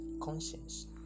conscience